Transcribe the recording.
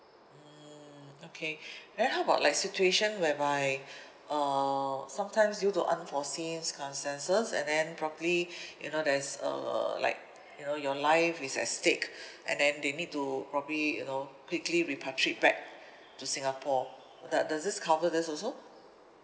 mm okay then how about like situation whereby uh sometimes due to unforeseen circumstances and then probably you know there's uh like you know your life is at stake and then they need to probably you know quickly repatriate back to singapore do~ does this cover this also